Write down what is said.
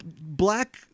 black